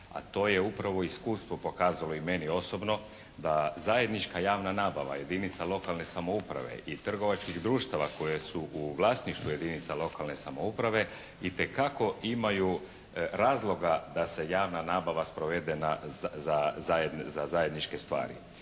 a to je upravo iskustvo pokazalo i meni osobno da zajednička javna nabava jedinica lokalne samouprave i trgovačkih društava koje su u vlasništvu jedinica lokalne samouprave itekako imaju razloga da se javna nabava sprovede za zajedničke stvari.